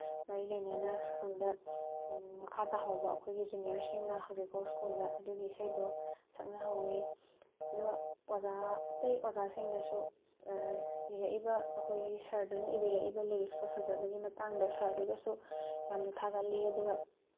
ꯃꯔꯤ ꯂꯩꯅꯅ ꯁ꯭ꯀꯨꯜꯗ ꯃꯈꯥ ꯇꯥꯍꯧꯕ ꯑꯩꯈꯣꯏꯒꯤ ꯖꯨꯅꯤꯌꯔꯁꯤꯡꯅ ꯍꯧꯖꯤꯛ ꯐꯥꯎ ꯁ꯭ꯀꯨꯜꯗ ꯑꯗꯨꯒꯤ ꯏꯁꯩꯗꯣ ꯁꯛꯅꯍꯧꯋꯤ ꯑꯗꯨꯒ ꯑꯣꯖꯥ ꯑꯇꯩ ꯑꯣꯖꯥꯁꯤꯡꯅꯁꯨ ꯏꯔꯛꯏꯕ ꯑꯩꯈꯣꯏꯒꯤ ꯁꯥꯔꯗꯨꯅ ꯏꯕꯤꯔꯛꯏꯕ ꯂꯩꯔꯤꯛꯁꯇꯣ ꯐꯖꯕꯒꯤ ꯃꯇꯥꯡꯗ ꯁꯥꯔꯗꯨꯗꯁꯨ ꯌꯥꯝꯅ ꯊꯥꯒꯠꯂꯦ ꯑꯗꯨꯒ